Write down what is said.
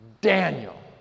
Daniel